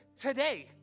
today